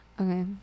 Okay